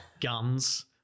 guns